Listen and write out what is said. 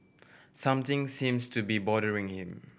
something seems to be bothering him